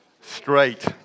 straight